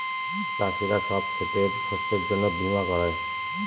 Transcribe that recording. চাষীরা সব ক্ষেতের শস্যের জন্য বীমা করায়